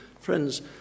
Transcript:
friends